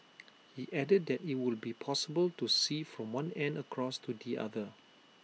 he added that IT will be possible to see from one end across to the other